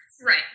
right